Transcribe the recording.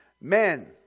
Men